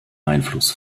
einfluss